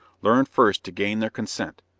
learn first to gain their consent.